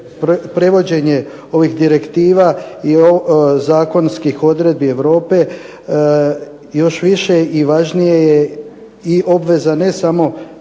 prevođenje ovih direktiva i zakonskih odredbi Europe još više i važnije je i obveza ne samo